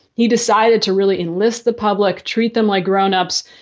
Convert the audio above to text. he decided to really enlist the public, treat them like grown ups,